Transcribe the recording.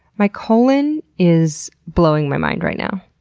my colon is blowing my mind right now.